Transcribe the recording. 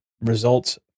results